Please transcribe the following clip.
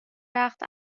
درخت